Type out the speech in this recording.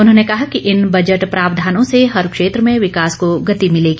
उन्होंने कहा कि इन बजट प्रावधानों से हर क्षेत्र में विकास को गति मिलेगी